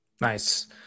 nice